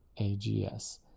AGS